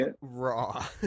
raw